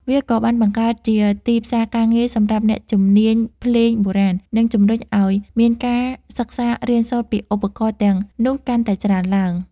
វាក៏បានបង្កើតជាទីផ្សារការងារសម្រាប់អ្នកជំនាញភ្លេងបុរាណ និងជំរុញឱ្យមានការសិក្សារៀនសូត្រពីឧបករណ៍ទាំងនោះកាន់តែច្រើនឡើង។